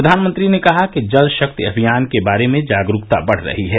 प्रधानमंत्री ने कहा कि जल शक्ति अभियान के बारे में जागरूकता बढ़ रही है